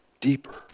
Deeper